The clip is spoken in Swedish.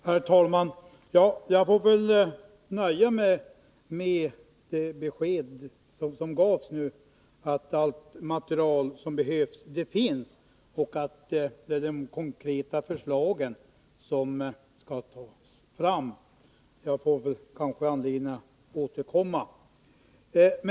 Herr talman! Jag får väl nöja mig med det besked som gavs, nämligen att allt material som behövs finns och att det är de konkreta förslagen som skall utarbetas. Jag får kanske anledning att återkomma.